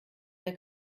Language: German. der